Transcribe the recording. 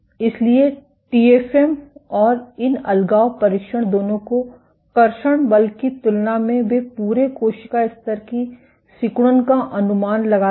इसलिए T F M और इन अलगाव परीक्षण दोनों को कर्षण बल की तुलना में वे पूरे कोशिका स्तर की सिकुड़न का अनुमान लगाते हैं